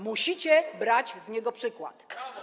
Musicie brać z niego przykład.